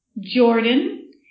Jordan